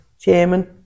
chairman